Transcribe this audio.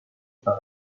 فقط